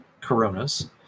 Coronas